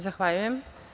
Zahvaljujem.